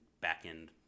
back-end